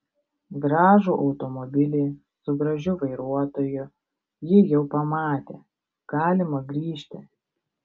gražų automobilį su gražiu vairuotoju ji jau pamatė galima grįžti